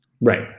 Right